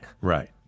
Right